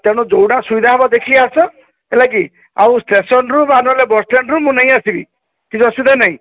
ତେଣୁ ଯେଉଁଟା ସୁବିଧା ହେବ ଦେଖିକି ଆସ ହେଲାକି ଆଉ ଷ୍ଟେସନ୍ରୁ ବା ନହେଲେ ବସ୍ଷ୍ଟାଣ୍ଡରୁ ମୁଁ ନେଇ ଆସିବି କିଛି ଅସୁବିଧା ନାହିଁ